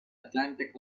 atlantic